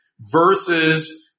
versus